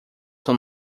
são